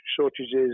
shortages